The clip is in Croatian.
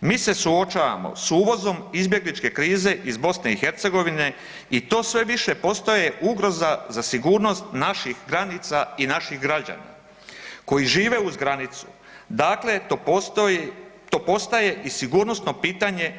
Mi se suočavamo s uvozom izbjegličke krize iz BiH i to sve više postaje ugroza za sigurnost naših granica i naših građana koji žive uz granicu, dakle to postaje i sigurnosno pitanje